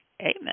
Amen